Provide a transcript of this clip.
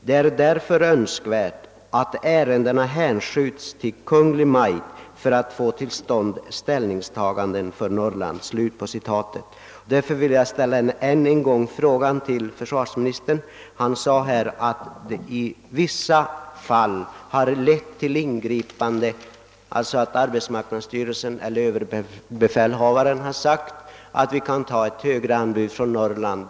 Det är därför önskvärt, att ärendena hänskjuts till Kungl. Maj:t för att få till stånd ställningstaganden för Norrland.» Försvarsministern sade nyss att ingripanden skett i vissa fall i detta avseende och att arbetsmarknadsstyrelsen eller ÖB förklarat att vi kan anta ett högre anbud från Norrland.